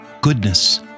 goodness